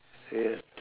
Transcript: yes